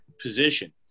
position